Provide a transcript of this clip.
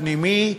פנימי,